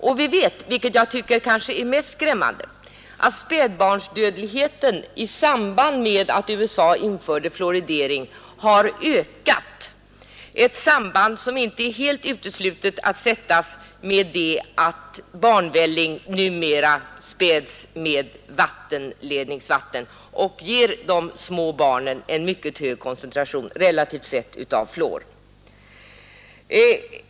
Och vi vet, vilket jag tycker är kanske mest skrämmande, att spädbarnsdödligheten i samband med att USA införde fluoridering har ökat, ett samband som möjligen kan sammanhänga med att barnvälling numera späds med vattenledningsvatten och ger de små barnen en relativt hög koncentration av fluor.